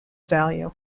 value